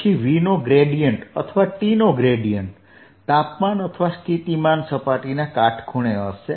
પછી V નો gradient અથવા T નો ગ્રેડીયેંટ તાપમાન અથવા સ્થિતિમાન સપાટીના કાટખૂણે હશે